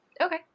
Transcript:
Okay